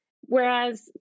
Whereas